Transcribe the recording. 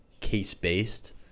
Case-based